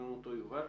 יובל.